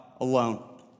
alone